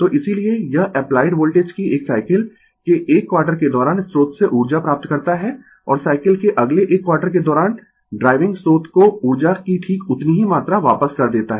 तो इसीलिए यह एप्लाइड वोल्टेज की एक साइकिल के 1 क्वार्टर के दौरान स्रोत से ऊर्जा प्राप्त करता है और साइकिल के अगले 1 क्वार्टर के दौरान ड्राइविंग स्रोत को ऊर्जा की ठीक उतनी ही मात्रा वापस कर देता है